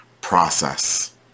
process